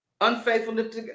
unfaithfulness